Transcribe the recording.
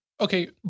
okay